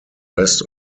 rest